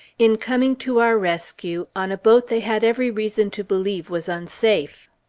in coming to our rescue on a boat they had every reason to believe was unsafe.